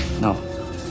No